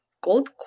gold